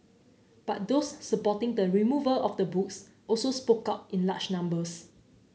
but those supporting the removal of the books also spoke up in large numbers